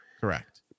Correct